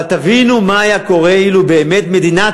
אבל תבינו מה היה קורה אילו באמת מדינת